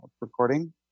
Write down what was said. recording